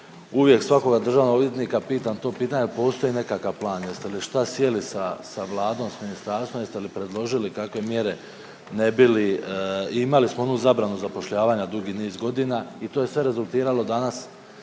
uvijek svakoga državnog odvjetnika pitam to pitanje jel' postoji nekakav plan, jeste li šta sjeli sa Vladom, ministarstvom. Jeste li predložili kakve mjere ne bi li, imali smo onu zabranu zapošljavanja dugi niz godina i to je sve rezultiralo danas